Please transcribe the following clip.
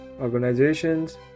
organizations